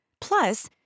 Plus